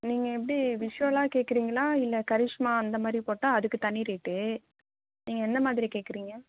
நீங்கள் எப்படி விஷ்வலாக கேட்குறீங்களா இல்லை கரிஷ்மா அந்தமாதிரி போட்டால் அதுக்கு தனி ரேட்டு நீங்கள் எந்த மாதிரி கேட்குறீங்க